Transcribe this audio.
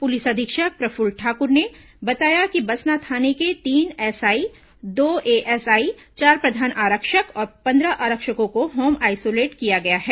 police अधीक्षक प्रफुल्ल ठाक्र ने बताया कि बसना थाने के तीन एसआई दो एएसआई चार प्रधान आरक्षक और पंद्रह आरक्षकों को होम आइसोलेट किया गया है